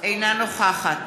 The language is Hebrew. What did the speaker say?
אינה נוכחת